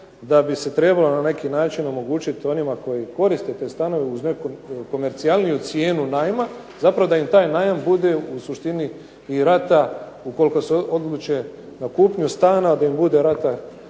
da bi se trebalo na neki način omogućiti onima koji koriste te stanove uz neku komercijalniju cijenu najma, zapravo da im taj najam bude u suštini i rata ukoliko se odluče na kupnju stana, da im bude rata